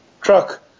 truck